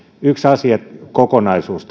yksi asiakokonaisuus